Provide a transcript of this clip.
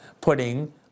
putting